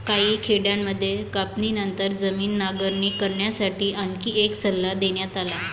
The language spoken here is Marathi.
काही खेड्यांमध्ये कापणीनंतर जमीन नांगरणी करण्यासाठी आणखी एक सल्ला देण्यात आला